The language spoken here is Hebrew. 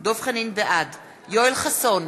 בעד יואל חסון,